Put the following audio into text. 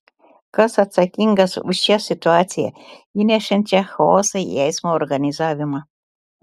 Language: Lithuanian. kas atsakingas už šią situaciją įnešančią chaoso į eismo organizavimą